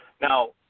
Now